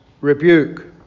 rebuke